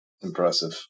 Impressive